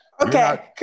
Okay